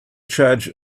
charge